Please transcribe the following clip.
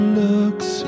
looks